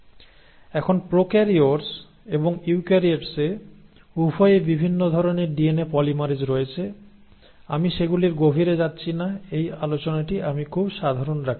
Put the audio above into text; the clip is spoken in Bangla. এখন প্রোকারিওটস এবং ইউক্যারিওটসে উভয়েই বিভিন্ন ধরণের ডিএনএ পলিমারেজ রয়েছে আমি সেগুলির গভীরে যাচ্ছি না এই আলোচনাটি আমি খুব সাধারণ রাখতে চাই